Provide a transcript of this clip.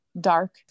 dark